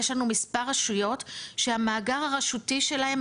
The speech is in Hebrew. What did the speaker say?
יש לנו מספר רשויות שהמאגר הרשותי שלהם,